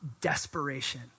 desperation